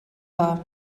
dda